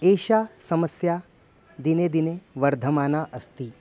एषा समस्या दिने दिने वर्धमाना अस्ति